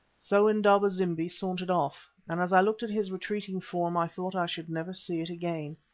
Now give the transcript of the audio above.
so indaba-zimbi sauntered off, and as i looked at his retreating form i thought i should never see it again.